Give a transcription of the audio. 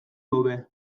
daude